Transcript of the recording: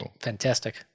fantastic